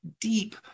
deep